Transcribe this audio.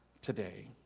today